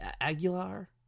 Aguilar